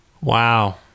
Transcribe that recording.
Wow